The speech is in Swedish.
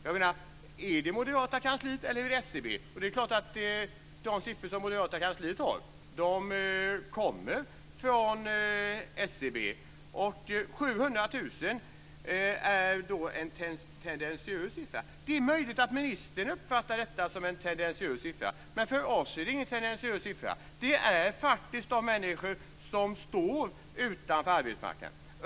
Kommer de från Moderaternas kansli eller från SCB? Det är klart att de siffror som Moderaternas kansli har kommer från SCB. Näringsministern säger att 700 000 är en tendentiös siffra. Det är möjligt att ministern uppfattar detta som en tendentiös siffra. Men för oss är det ingen tendentiös siffra. Det är faktiskt de människor som står utanför arbetsmarknaden.